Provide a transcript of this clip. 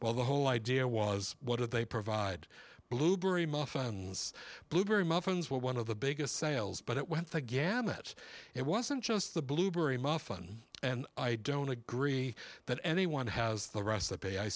well the whole idea was what do they provide blueberry muffins blueberry muffins one of the biggest sales but it went the gamut it wasn't just the blueberry muffin and i don't agree that anyone has the recipe i